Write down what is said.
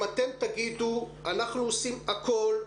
אם אתם תגידו אנחנו עושים הכול,